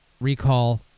recall